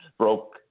broke